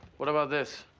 what about this?